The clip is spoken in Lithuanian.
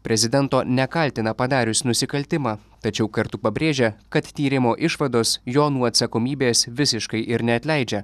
prezidento nekaltina padarius nusikaltimą tačiau kartu pabrėžia kad tyrimo išvados jo nuo atsakomybės visiškai ir neatleidžia